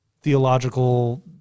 theological